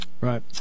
right